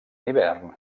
hivern